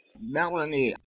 Melanie